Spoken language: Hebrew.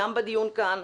גם בדיון כאן,